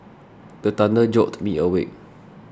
the thunder jolt me awake